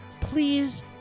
please